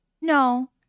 No